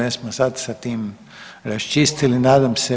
Jesmo sad sa tim raščistili, nadam se?